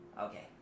Okay